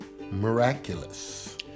Miraculous